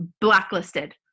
blacklisted